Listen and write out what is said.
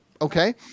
Okay